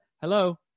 Hello